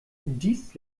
dies